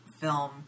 film